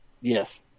Yes